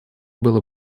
было